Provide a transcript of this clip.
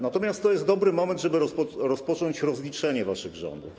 Natomiast to jest dobry moment, żeby rozpocząć rozliczenie waszych rządów.